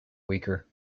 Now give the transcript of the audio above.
weaker